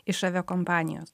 iš aviakompanijos